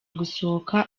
gusohoka